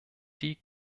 die